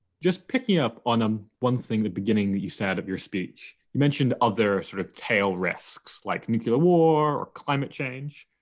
just picking up on um one thing, the beginning that you said of your speech, you mentioned other ah sort of tail risks like nuclear war or climate change.